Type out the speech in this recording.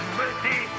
mercy